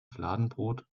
fladenbrot